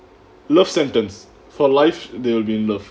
love sentence for life they will be in love